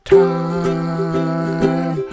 time